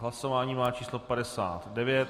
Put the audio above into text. Hlasování má číslo 59.